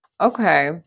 Okay